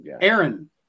aaron